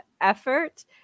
effort